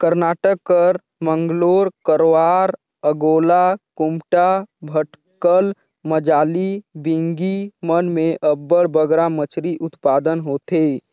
करनाटक कर मंगलोर, करवार, अकोला, कुमटा, भटकल, मजाली, बिंगी मन में अब्बड़ बगरा मछरी उत्पादन होथे